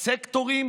סקטורים